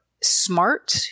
smart